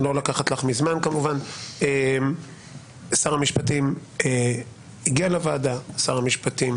שר המשפטים הגיע לוועדה, שר המשפטים